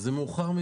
אבל זה מאוחר מדי.